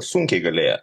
sunkiai galėjo